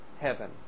heaven